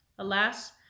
Alas